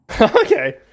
Okay